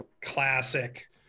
classic